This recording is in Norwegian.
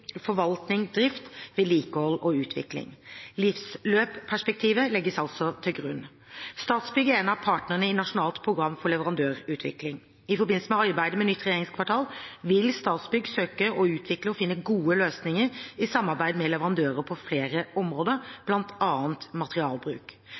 forvaltning, drift, vedlikehold og utvikling. Livsløpperspektivet legges altså til grunn. Statsbygg er en av partnerne i Nasjonalt program for leverandørutvikling. I forbindelse med arbeidet med nytt regjeringskvartal vil Statsbygg søke å utvikle og finne gode løsninger i samarbeid med leverandører på flere